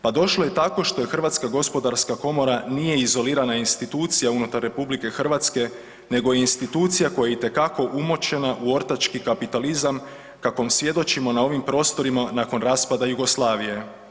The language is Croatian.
Pa došlo je tako što Hrvatska gospodarska komora nije kontrolirana institucija unutar RH nego je institucija koja itekako umočena u ortački kapitalizam kakvom svjedočimo na ovim prostorima nakon raspada Jugoslavije.